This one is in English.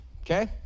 okay